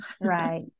Right